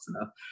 enough